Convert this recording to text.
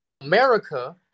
America